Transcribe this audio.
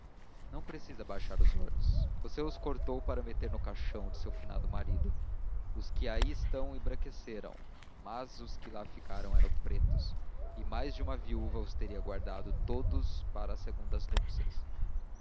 não precisa baixar os olhos você os cortou para meter no caixão de seu finado marido os que aí estão embranqueceram mas os que lá ficaram eram pretos e mais de uma viúva os teria guardado todos para as segundas núpcias